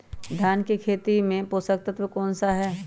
धान की खेती में पोषक तत्व कौन कौन सा है?